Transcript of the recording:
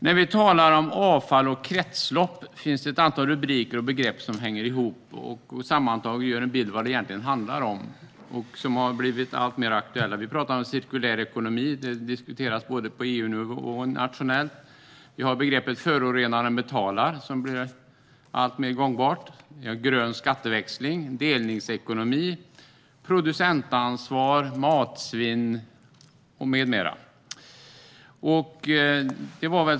När vi talar om avfall och kretslopp finns det ett antal rubriker och begrepp som hänger ihop och sammantaget ger en bild av vad det egentligen handlar om och som har blivit alltmer aktuella. Vi pratar om cirkulär ekonomi, som diskuteras både på EU-nivå och nationellt, och vi pratar om begreppet förorenaren betalar, som blir alltmer gångbart, grön skatteväxling, delningsekonomi, producentansvar, matsvinn med mera.